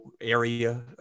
area